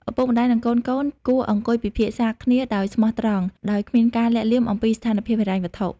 ឪពុកម្ដាយ និងកូនៗគួរអង្គុយពិភាក្សាគ្នាដោយស្មោះត្រង់ ដោយគ្មានការលាក់លៀមអំពីស្ថានភាពហិរញ្ញវត្ថុ។